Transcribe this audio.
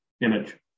image